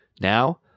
Now